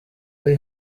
ari